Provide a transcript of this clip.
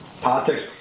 politics